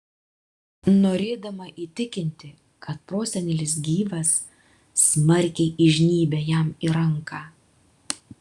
norėdama įtikinti kad prosenelis gyvas smarkiai įžnybia jam į ranką